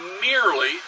merely